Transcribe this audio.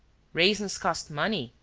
raisins cost money,